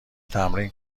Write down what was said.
تمرین